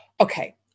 Okay